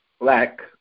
black